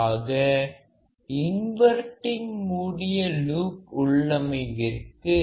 ஆக இன்வர்டிங் மூடிய லூப் உள்ளமைவிற்கு